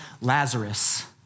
Lazarus